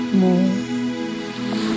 more